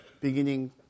beginning